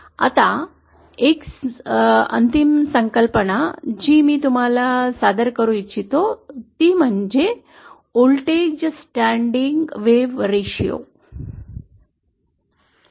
आता एक अंतिम संकल्पना जी मी तुम्हाला सादर करू इच्छितो ती म्हणजे voltage standing wave ratio voltage standing wave ratio